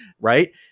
right